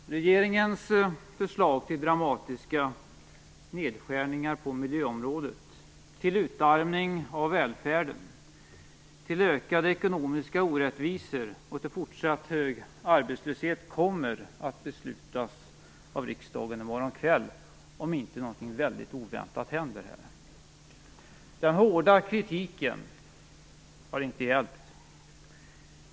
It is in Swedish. Fru talman! Regeringens förslag till dramatiska nedskärningar på miljöområdet, till utarmning av välfärden, till ökade ekonomiska orättvisor och till fortsatt hög arbetslöshet kommer att beslutas av riksdagen i morgon kväll, om inte någonting oväntat händer här. Den hårda kritiken har inte hjälpt.